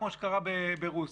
כמו שקרה ברוסיה,